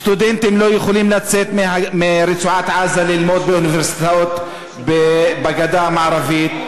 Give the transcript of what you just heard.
סטודנטים לא יכולים לצאת מרצועת-עזה ללמוד באוניברסיטאות בגדה המערבית.